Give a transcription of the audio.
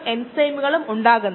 012 I 0